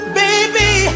baby